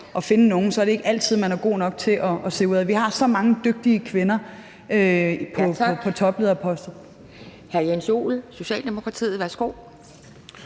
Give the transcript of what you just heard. at finde nogle, er det ikke altid, at man er god nok til at se udad. Vi har så mange dygtige kvinder på toplederposter.